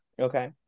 Okay